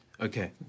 Okay